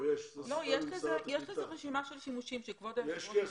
יש לזה רשימה של שימושים שכבוד היושב ראש הזכיר.